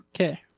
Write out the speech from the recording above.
Okay